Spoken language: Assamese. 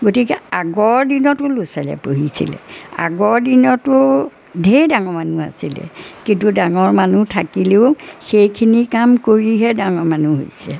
গতিকে আগৰ দিনতো ল'ছোৱালীয়ে পঢ়িছিলে আগৰ দিনতো ঢেৰ ডাঙৰ মানুহ আছিলে কিন্তু ডাঙৰ মানুহ থাকিলেও সেইখিনি কাম কৰিহে ডাঙৰ মানুহ হৈছে